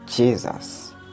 Jesus